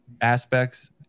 aspects